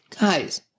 guys